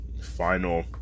final